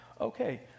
okay